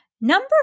Number